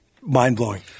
mind-blowing